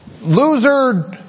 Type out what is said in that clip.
loser